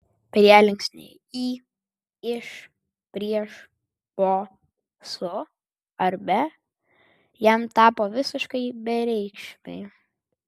prielinksniai į iš prieš po su ar be jam tapo visiškai bereikšmiai